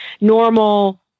normal